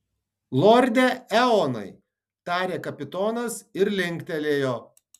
lorde eonai tarė kapitonas ir linktelėjo